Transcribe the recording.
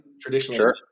traditionally